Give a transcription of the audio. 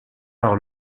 par